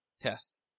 Test